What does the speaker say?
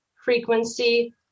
frequency